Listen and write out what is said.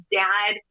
dad